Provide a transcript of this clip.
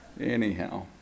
Anyhow